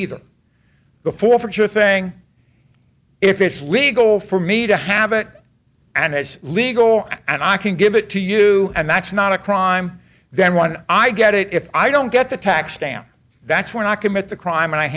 either before for sure thing if it's legal for me to have it and has legal and i can give it to you and that's not a crime then when i get it if i don't get the tax stamp that's when i commit the crime and i